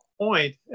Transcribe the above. point